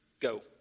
Go